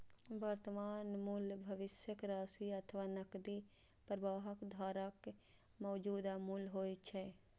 वर्तमान मूल्य भविष्यक राशि अथवा नकदी प्रवाहक धाराक मौजूदा मूल्य होइ छै